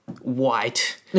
white